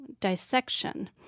dissection